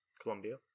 Colombia